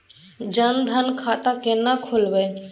जनधन खाता केना खोलेबे?